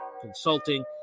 Consulting